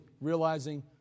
realizing